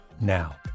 now